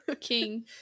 King